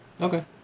Okay